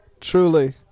Truly